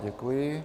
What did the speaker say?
Děkuji.